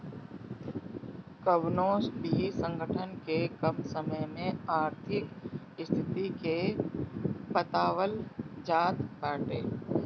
कवनो भी संगठन के कम समय में आर्थिक स्थिति के बतावल जात बाटे